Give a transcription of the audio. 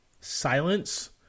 Silence